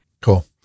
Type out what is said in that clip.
Cool